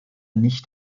nicht